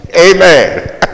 Amen